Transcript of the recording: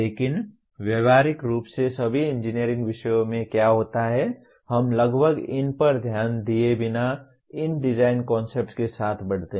लेकिन व्यावहारिक रूप से सभी इंजीनियरिंग विषयों में क्या होता है हम लगभग इन पर ध्यान दिए बिना इन डिज़ाइन कन्सेप्ट्स के साथ बढ़ते हैं